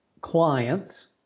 clients